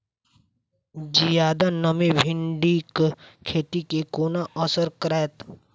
जियादा नमी भिंडीक खेती केँ कोना असर करतै?